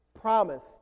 promise